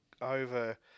over